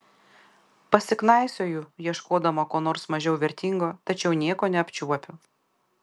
pasiknaisioju ieškodama ko nors mažiau vertingo tačiau nieko neapčiuopiu